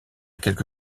quelque